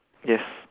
yes